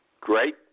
Great